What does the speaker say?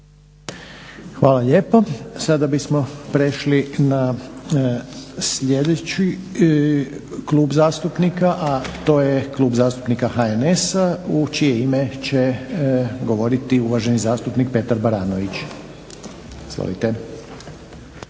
Hvala lijepo. Sada bismo prešli na sljedeći klub zastupnika a to je Klub zastupnika HNS-a u čije ime će govoriti uvaženi zastupnik Petar Baranović. Izvolite.